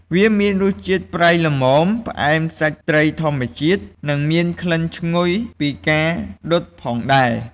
វាមានរសជាតិប្រៃល្មម ផ្អែមសាច់ត្រីធម្មជាតិ និងមានក្លិនឈ្ងុយពីការដុតផងដែរ។